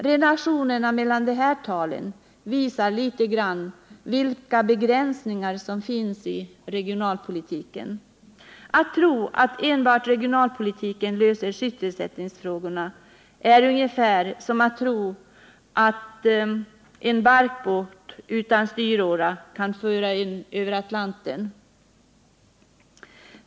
Relationerna mellan de här talen visar litet grand vilka begränsningar som finns i regionalpolitiken. Att tro att enbart regionalpolitiken löser sysselsättningsfrågorna är ungefär som att tro att en barkbåt utan styråra kan föra en över Atlanten.